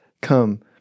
Come